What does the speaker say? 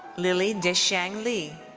lily dexiang li.